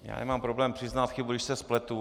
Já nemám problém přiznat chybu, když se spletu.